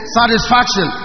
satisfaction